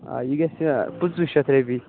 آ یہِ گژھِ پٕنژٕ شَتھ رۄپیہِ